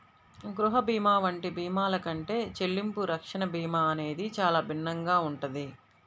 గృహ భీమా వంటి భీమాల కంటే చెల్లింపు రక్షణ భీమా అనేది చానా భిన్నంగా ఉంటది